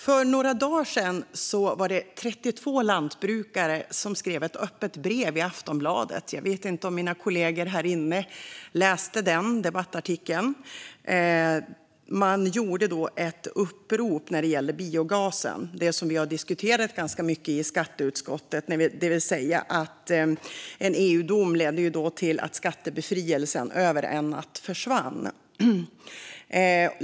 För några dagar sedan skrev 32 lantbrukare ett öppet brev i Aftonbladet. Jag vet inte om mina kollegor har läst den debattartikeln. Man gjorde ett upprop gällande biogasen, som vi har diskuterat ganska mycket i skatteutskottet. En EU-dom ledde till att skattebefrielsen försvann över en natt.